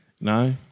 No